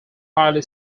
highly